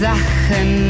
Sachen